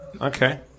Okay